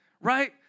right